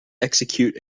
execute